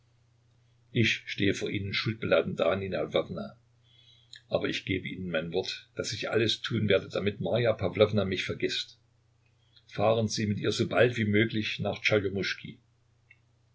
ich stehe vor ihnen schuldbeladen da nina ljwowna aber ich gebe ihnen mein wort daß ich alles tun werde damit marja pawlowna mich vergißt fahren sie mit ihr so bald wie möglich nach